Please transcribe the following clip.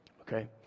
Okay